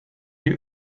you